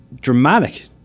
dramatic